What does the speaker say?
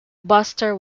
buster